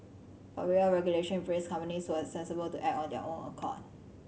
but without regulation in place companies were sensible to act on their own accord